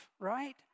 right